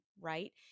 right